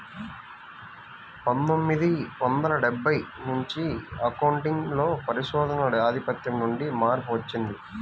పందొమ్మిది వందల డెబ్బై నుంచి అకౌంటింగ్ లో పరిశోధనల ఆధిపత్యం నుండి మార్పు వచ్చింది